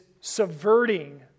subverting